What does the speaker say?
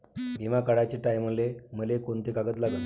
बिमा काढाचे टायमाले मले कोंते कागद लागन?